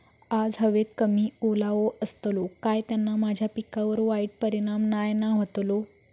आज हवेत कमी ओलावो असतलो काय त्याना माझ्या पिकावर वाईट परिणाम नाय ना व्हतलो?